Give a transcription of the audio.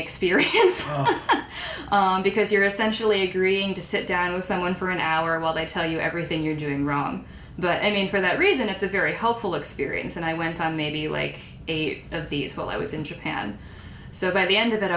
experience because you're essentially agreeing to sit down with someone for an hour while they tell you everything you're doing wrong but i mean for that reason it's a very helpful experience and i went on the lake of these while i was in japan so by the end of that